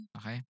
Okay